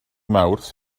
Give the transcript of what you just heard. mawrth